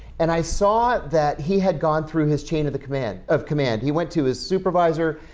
and i saw that he had gone through his chain of the command of command. he went to his supervisor,